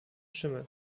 schimmel